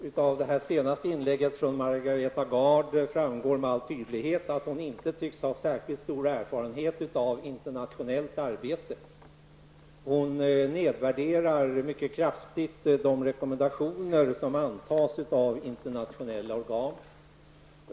Fru talman! Av Margareta Gards senaste inlägg framgår med all tydlighet att hon inte tycks ha särskilt stor erfarenhet av internationellt arbete. Hon nedvärderar mycket kraftigt de rekommendationer som antas av internationella organ.